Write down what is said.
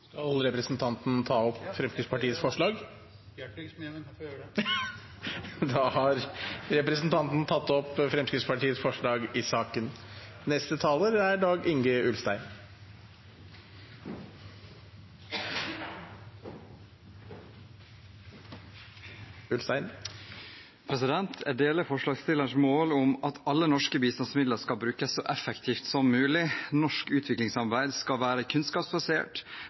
opp Fremskrittspartiets forslag. Da har representanten Tybring-Gjedde tatt opp de forslagene han refererte til. Jeg deler forslagsstillernes mål om at alle norske bistandsmidler skal brukes så effektivt som mulig. Norsk utviklingssamarbeid skal være kunnskapsbasert,